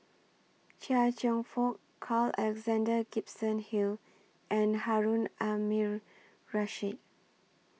Chia Cheong Fook Carl Alexander Gibson Hill and Harun Aminurrashid